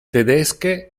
tedesche